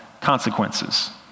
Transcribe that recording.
consequences